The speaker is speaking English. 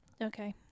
Okay